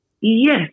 Yes